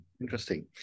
Interesting